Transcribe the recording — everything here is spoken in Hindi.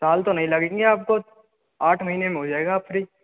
साल तो नहीं लगेंगे आपको आठ महीने में हो जायेगा आप फ्री